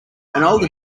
older